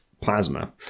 plasma